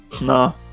No